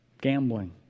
gambling